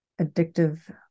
addictive